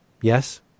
Yes